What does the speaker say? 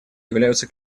являются